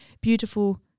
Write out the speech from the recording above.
beautiful